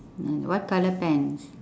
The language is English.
what colour pants